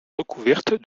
recouverte